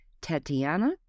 Tatiana